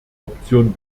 option